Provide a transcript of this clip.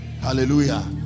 Hallelujah